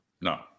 No